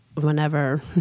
whenever